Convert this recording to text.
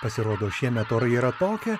pasirodo šiemet orai yra tokie